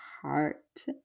heart